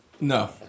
no